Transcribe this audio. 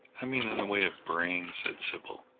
i mean in the way of brains, said sybil.